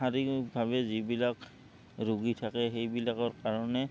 শাৰীৰিকভাৱে যিবিলাক ৰোগী থাকে সেইবিলাকৰ কাৰণে